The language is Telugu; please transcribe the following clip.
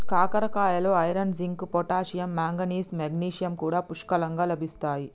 కాకరకాయలో iron, zinc, potassium, manganese, magnesium కూడా పుష్కలంగా లభిస్తాయి